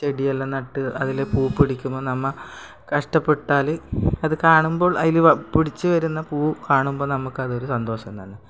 ചെടിയെല്ലാം നട്ട് അതിലെ പൂ പിടിക്കാൻ നമ്മൾ കഷ്ടപ്പെട്ടാൽ അത് കാണുമ്പോൾ അതിൽ പിടിച്ച് വരുന്ന പൂ കാണുമ്പം നമുക്കതൊരു സന്തോഷം തന്നെ